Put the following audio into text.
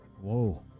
whoa